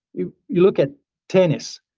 you you look at tennis.